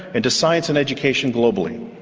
and to science and education globally.